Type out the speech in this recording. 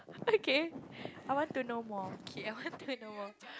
okay I want to know more K I want to know more